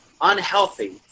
unhealthy